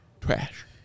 trash